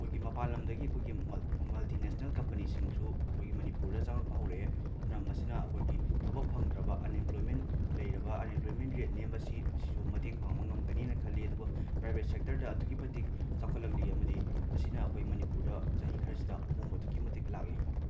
ꯑꯩꯈꯣꯏꯒꯤ ꯃꯄꯥꯟꯂꯝꯗꯒꯤ ꯑꯩꯈꯣꯏꯒꯤ ꯃꯜ ꯃꯜꯇꯤꯅꯦꯁꯅꯦꯜ ꯀꯝꯄꯅꯤꯁꯤꯡꯁꯨ ꯑꯩꯈꯣꯏꯒꯤ ꯃꯅꯤꯄꯨꯔꯗ ꯆꯪꯂꯛꯄ ꯍꯧꯔꯛꯑꯦ ꯑꯗꯨꯅ ꯃꯁꯤꯅ ꯑꯩꯈꯣꯏꯒꯤ ꯊꯕꯛ ꯐꯪꯗ꯭ꯔꯕ ꯑꯟꯑꯦꯝꯄ꯭ꯂꯣꯏꯃꯦꯟ ꯂꯩꯔꯕ ꯑꯟꯑꯦꯝꯄ꯭ꯂꯣꯏꯃꯦꯟ ꯔꯦꯠ ꯅꯦꯝꯕꯁꯤ ꯁꯤꯁꯨ ꯃꯇꯦꯡ ꯄꯥꯡꯕ ꯉꯝꯒꯅꯤꯅ ꯈꯜꯂꯤ ꯑꯗꯨꯕꯨ ꯄ꯭ꯔꯥꯏꯕꯦꯠ ꯁꯦꯛꯇꯔꯗ ꯑꯗꯨꯛꯀꯤ ꯃꯇꯤꯛ ꯆꯥꯎꯈꯠꯂꯛꯂꯤ ꯑꯃꯗꯤ ꯃꯁꯤꯅ ꯑꯩꯈꯣꯏ ꯃꯅꯤꯄꯨꯔꯗ ꯆꯍꯤ ꯈꯔꯁꯤꯗ ꯑꯍꯣꯡꯕ ꯑꯗꯨꯛꯀꯤ ꯃꯇꯤꯛ ꯂꯥꯛꯂꯤ